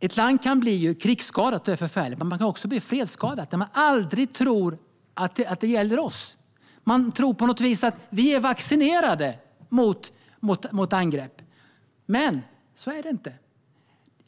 Ett land kan bli krigsskadat - det är förfärligt. Men ett land kan också bli fredsskadat, när vi aldrig tror att det gäller oss. Man tror på något vis att man är vaccinerad mot angrepp. Men så är det inte.